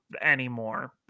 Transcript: anymore